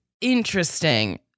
interesting